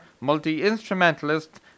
multi-instrumentalist